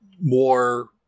more